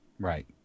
Right